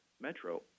Metro